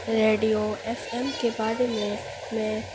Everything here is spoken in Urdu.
ریڈیو ایف ایم کے بارے میں میں